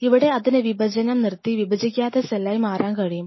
ഇവിടെ അതിന് വിഭജനം നിർത്തി വിഭജിക്കാത്ത സെല്ലായ് മാറാൻ കഴിയും